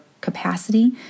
capacity